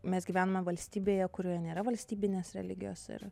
mes gyvename valstybėje kurioj nėra valstybinės religijos ir